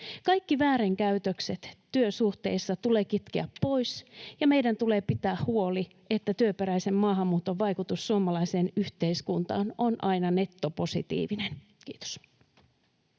Kaikki väärinkäytökset työsuhteissa tulee kitkeä pois, ja meidän tulee pitää huoli, että työperäisen maahanmuuton vaikutus suomalaiseen yhteiskuntaan on aina nettopositiivinen. — Kiitos.